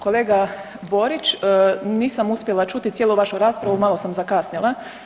Kolega Borić nisam uspjela čuti cijelu vašu raspravu, malo sam zakasnila.